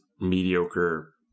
mediocre